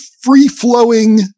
free-flowing